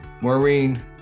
Maureen